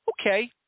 okay